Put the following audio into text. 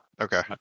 Okay